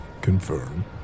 confirm